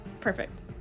Perfect